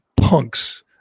punks